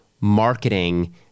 marketing